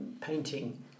painting